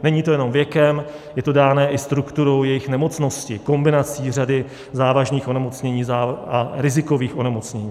Není to jenom věkem, je to dáno i strukturou jejich nemocnosti, kombinací řady závažných onemocnění a rizikových onemocnění.